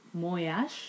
moyash